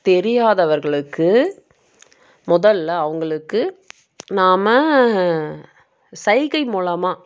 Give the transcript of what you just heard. தெரியாதவர்களுக்கு முதலில் அவங்களுக்கு நாம் சைகை மூலமாக